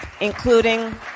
including